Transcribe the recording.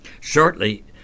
Shortly